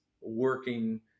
working